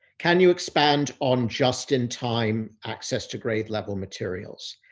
can you expand on just in time access to grade level materials?